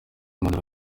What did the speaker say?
mpapuro